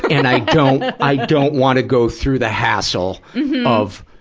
and i don't, i don't wanna go through the hassle of,